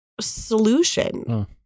solution